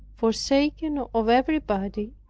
forsaken of everybody,